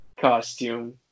costume